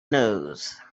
news